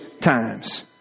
times